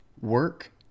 Work